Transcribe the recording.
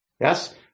Yes